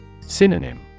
Synonym